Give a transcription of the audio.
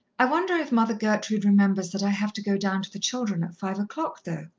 i wonder if mother gertrude remembers that i have to go down to the children at five o'clock, though?